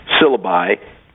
syllabi